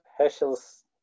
Heschel's